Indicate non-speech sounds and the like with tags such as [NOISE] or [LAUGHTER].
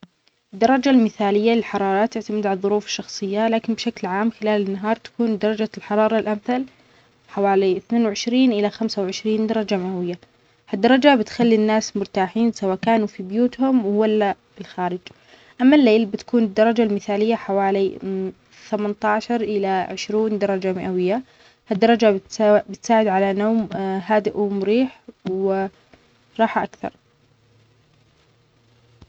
الدرجة المثالية للحرارة تعتمد على الظروف الشخصية لكن بشكل عام خلال النهار تكون درجة الحرارة الامثل حوالي اثنين وعشرين الى خمسة وعشرين درجة مئوية هالدرجة بتخلي الناس مرتاحين سواء كانوا في بيوتهم ولا في الخارج اما الليل بتكون الدرجة المثالية حوالي [HESITATION] ثمنطعشر الى عشرون درجة مئوية هالدرجة بتساعد على نوم [HESITATION] هادئ ومريح وراحة اكثر.